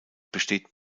besteht